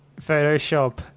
Photoshop